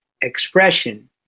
expression